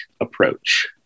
approach